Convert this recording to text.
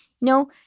No